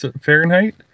Fahrenheit